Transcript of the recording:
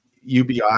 UBI